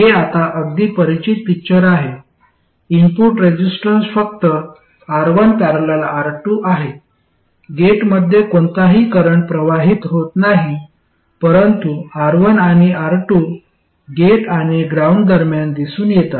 हे आता अगदी परिचित पिक्चर आहे इनपुट रेसिस्टन्स फक्त R1 ।। R2 आहे गेटमध्ये कोणताही करंट प्रवाहित होत नाही परंतु R1 आणि R2 गेट आणि ग्राउंड दरम्यान दिसून येतात